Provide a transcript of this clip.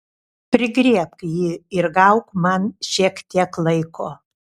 prigriebk jį ir gauk man šiek tiek laiko